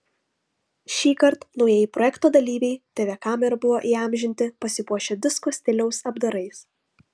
šįkart naujieji projekto dalyviai tv kamerų buvo įamžinti pasipuošę disko stiliaus apdarais